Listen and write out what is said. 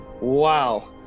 Wow